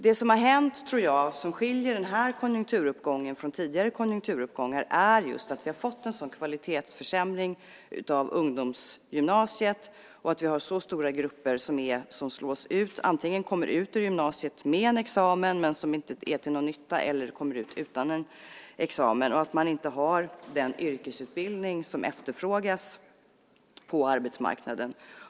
Det som har hänt, som skiljer den här konjunkturuppgången från tidigare konjunkturuppgångar, är att vi har fått en kvalitetsförsämring av ungdomsgymnasiet och att vi har så stora grupper som slås ut. De kommer antingen ut ur gymnasiet med en examen som inte är till någon nytta eller kommer ut utan en examen. De har inte den yrkesutbildning som efterfrågas på arbetsmarknaden.